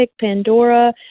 Pandora